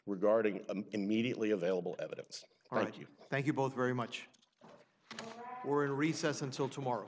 regarding immediately available evidence aren't you thank you both very much we're in recess until tomorrow